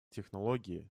технологии